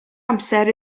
amser